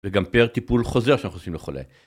וגם פר טיפול חוזר שאנחנו עושים לחולה.